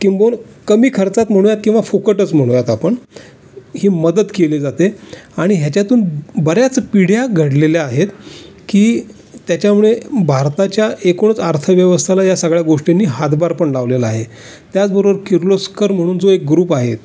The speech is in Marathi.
किंबहुना कमी खर्चात म्हणूयात किंवा फुकटच म्हणूयात आपण ही मदत केली जाते आणि ह्याच्यातून बऱ्याच पिढ्या घडलेल्या आहेत की त्याच्यामुळे भारताच्या एकूणच अर्थव्यवस्थेला ह्या सगळ्या गोष्टींनी हातभार पण लावलेला आहे त्याचबरोबर किर्लोस्कर म्हणून जो एक ग्रुप आहे